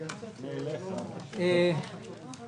הישיבה ננעלה בשעה 13:40.